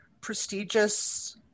prestigious